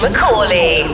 McCauley